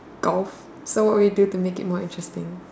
golf so what would you do to make it more interesting